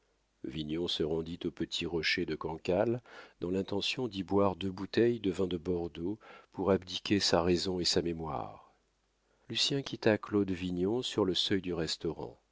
vignon se rendit au petit rocher de cancale dans l'intention d'y boire deux bouteilles de vin de bordeaux pour abdiquer sa raison et sa mémoire lucien quitta claude vignon sur le seuil du restaurant